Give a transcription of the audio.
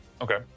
okay